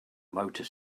motor